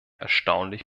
erstaunlich